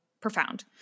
profound